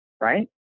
right